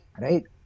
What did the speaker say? Right